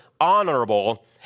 honorable